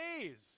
days